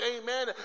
Amen